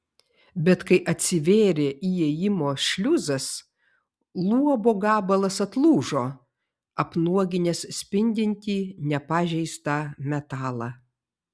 bet kai atsivėrė įėjimo šliuzas luobo gabalas atlūžo apnuoginęs spindintį nepažeistą metalą